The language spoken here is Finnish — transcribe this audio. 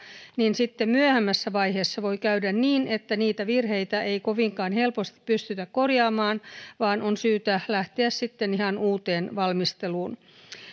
niin myöhemmässä vaiheessa voi käydä niin että niitä virheitä ei kovinkaan helposti pystytä korjaamaan vaan on syytä lähteä sitten ihan uuteen valmisteluun